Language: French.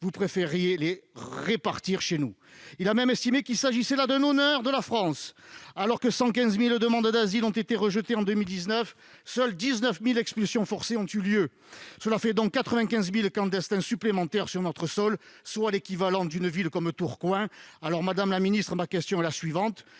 vous préfériez les répartir chez nous. Il a même estimé qu'il y allait de « l'honneur de la France ». Alors que 115 000 demandes d'asile ont été rejetées en 2019, seules 19 000 expulsions forcées ont eu lieu. Cela fait donc 95 000 clandestins supplémentaires sur notre sol, soit l'équivalent d'une ville comme Tourcoing. Madame la ministre, ma question est la suivante